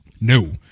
No